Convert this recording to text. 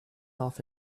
off